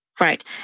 Right